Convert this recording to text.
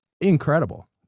incredible